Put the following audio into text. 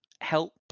help